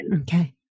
Okay